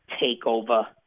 takeover